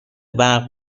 برق